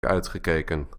uitgekeken